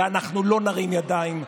ואנחנו לא נרים ידיים,